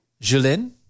Julien